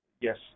yes